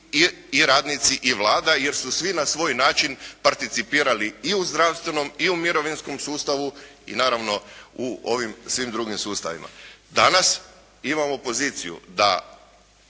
i radnici i Vlada jer su svi na svoj način participirali i u zdravstvenom i u mirovinskom sustavu i naravno u ovim svim drugim sustavima. Danas imamo poziciju da